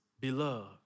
beloved